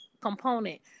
component